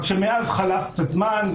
רק שמאז חלף זמן.